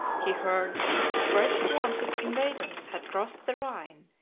he heard that fresh swarms of invaders had crossed the rhine,